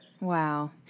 Wow